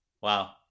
Wow